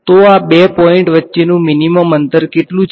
તો આ બે પોઇંટસ વચ્ચેનું મિનીમમ અંતર કેટલું છે